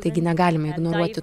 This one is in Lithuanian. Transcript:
taigi negalime ignoruoti